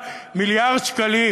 מיליארד שקלים?